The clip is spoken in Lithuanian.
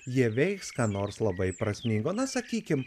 jie veiks ką nors labai prasmingo na sakykim